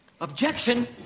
Objection